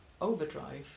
overdrive